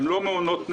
הם לא מעונות נעולים.